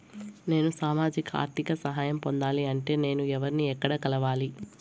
నేను సామాజిక ఆర్థిక సహాయం పొందాలి అంటే నేను ఎవర్ని ఎక్కడ కలవాలి?